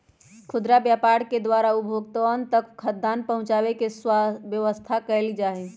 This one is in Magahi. खुदरा व्यापार के द्वारा उपभोक्तावन तक खाद्यान्न पहुंचावे के व्यवस्था कइल जाहई